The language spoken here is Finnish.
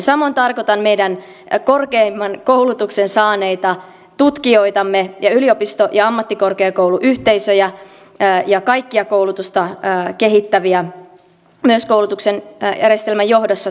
samoin tarkoitan meidän korkeimman koulutuksen saaneita tutkijoitamme ja yliopisto ja ammattikorkeakouluyhteisöjä ja kaikkia koulutusta kehittäviä myös koulutuksen järjestelmän johdossa toimivia